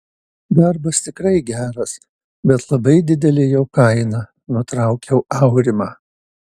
darbas tikrai geras bet labai didelė jo kaina nutraukiau aurimą